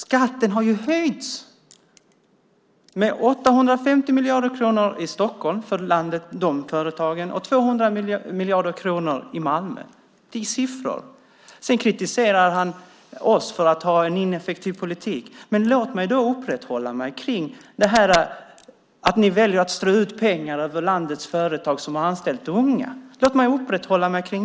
Skatten har ju höjts med 850 miljarder kronor för företagen i Stockholm och med 200 miljarder i Malmö. Det är fakta i siffror. Sedan kritiserar Borg oss för en ineffektiv politik, men låt mig uppehålla mig kring det här att ni väljer att strö ut pengar över landets företag som har anställt unga.